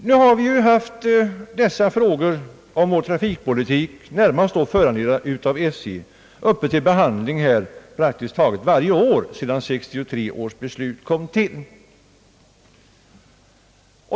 Nu har vi haft dessa frågor om vår trafikpolitik, närmast föranledda av SJ, uppe till behandling här praktiskt taget varje år sedan 1963 års beslut kom till.